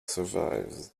survives